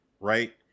right